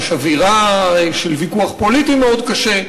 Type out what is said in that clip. יש אווירה של ויכוח פוליטי מאוד קשה.